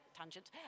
tangent